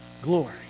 glory